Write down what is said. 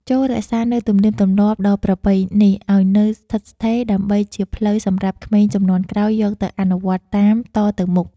ចូររក្សានូវទំនៀមទម្លាប់ដ៏ប្រពៃនេះឱ្យនៅស្ថិតស្ថេរដើម្បីជាផ្លូវសម្រាប់ក្មេងជំនាន់ក្រោយយកទៅអនុវត្តតាមតទៅមុខ។